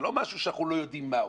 זה לא משהו שאנחנו לא יודעים מה הוא.